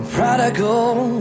Prodigal